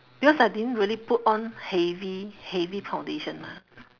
because I didn't really put on heavy heavy foundation ah